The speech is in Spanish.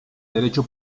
derecho